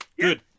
Good